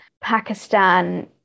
Pakistan